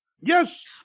Yes